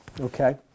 okay